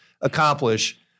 accomplish